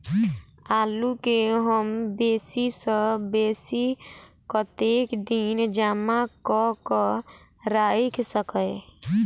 आलु केँ हम बेसी सऽ बेसी कतेक दिन जमा कऽ क राइख सकय